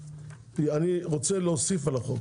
אני רוצה להוסיף על החוק